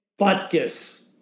Butkus